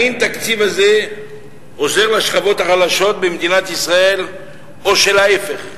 האם התקציב הזה עוזר לשכבות החלשות במדינת ישראל או ההיפך?